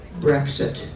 Brexit